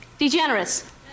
degenerous